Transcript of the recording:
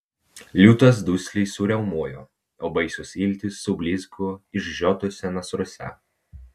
liūtas dusliai suriaumojo o baisios iltys sublizgo išžiotuose nasruose